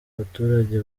abaturage